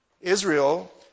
Israel